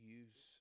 use